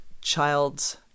child's